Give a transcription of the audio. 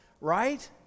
right